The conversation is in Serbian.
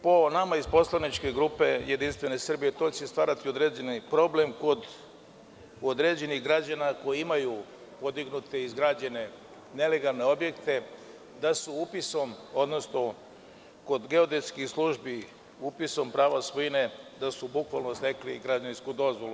Po nama iz poslaničke grupe JS to će stvarati određene probleme kod određenih građana koji imaju podignute i izgrađene nelegalne objekte, da se upisom, odnosno kod geodetskih službi, upisom prava svojine, na taj način stekli građevinsku dozvolu.